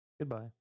Goodbye